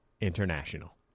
international